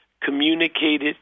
communicated